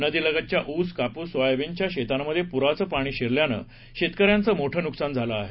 नदीलगतच्या ऊस कापूस सोयाबीनच्या शेतांमध्ये पुराचे पाणी शिरल्याने शेतकऱ्यांचे मोठ नुकसान झालं आहे